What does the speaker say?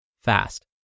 fast